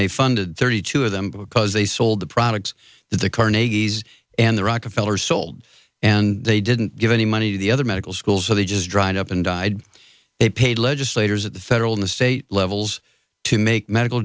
they funded thirty two of them because they sold the products that the carnegie's and the rockefeller's sold and they didn't give any money to the other medical schools so they just dried up and died they paid legislators at the federal and state levels to make medical